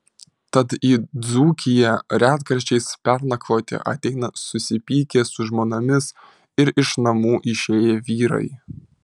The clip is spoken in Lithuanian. tad į dzūkiją retkarčiais pernakvoti ateina susipykę su žmonomis ir iš namų išėję vyrai